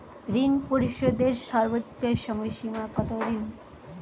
ঋণ পরিশোধের সর্বোচ্চ সময় সীমা কত দিন?